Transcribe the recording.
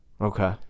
okay